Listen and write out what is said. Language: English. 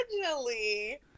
Originally